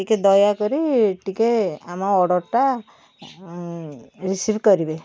ଟିକେ ଦୟାକରି ଟିକେ ଆମ ଅର୍ଡର୍ଟା ରିସିଭ୍ କରିବେ